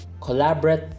Collaborate